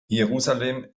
jerusalem